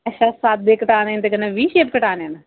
अच्छा सादे कटाने न ते कन्नै वी शेप कटाने न